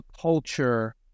culture